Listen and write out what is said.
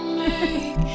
make